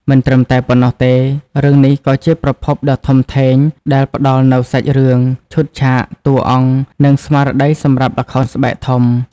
មិនត្រឹមតែប៉ុណ្ណោះទេ រឿងនេះក៏ជាប្រភពដ៏ធំធេងដែលផ្ដល់នូវសាច់រឿង ឈុតឆាក តួអង្គ និងស្មារតីសម្រាប់ល្ខោនស្បែកធំ ។